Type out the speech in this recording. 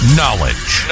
knowledge